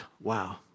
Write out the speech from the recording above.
Wow